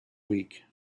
week